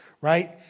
right